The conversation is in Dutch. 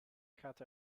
gaat